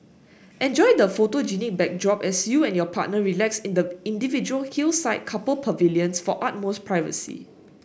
enjoy the photogenic backdrop as you and your partner relax in the individual hillside couple pavilions for utmost privacy